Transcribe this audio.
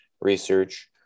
research